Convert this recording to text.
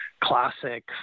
Classic